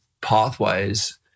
pathways